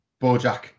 Bojack